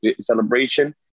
celebration